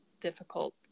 difficult